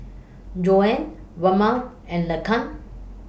John Waymon and Laken